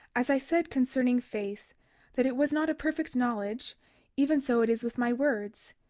as i said concerning faith that it was not a perfect knowledge even so it is with my words.